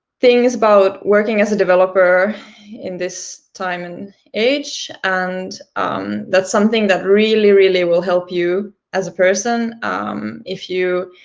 things about working as a developer in this time and age, and that's something that really, really will help you as a person if you